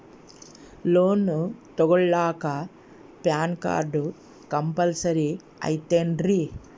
Loan ತೊಗೊಳ್ಳಾಕ PAN card compulsory ಐಯ್ತೇನ್ರಿ?